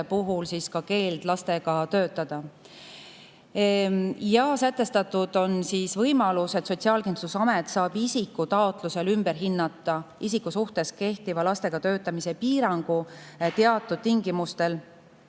puhul keeldu lastega töötada. Sätestatud on võimalus, et Sotsiaalkindlustusamet saab isiku taotlusel ümber hinnata isiku suhtes kehtiva lastega töötamise piirangu ja teatud tingimustel